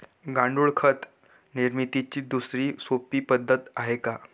गांडूळ खत निर्मितीची दुसरी सोपी पद्धत आहे का?